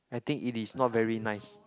I think it is not very nice